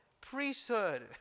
priesthood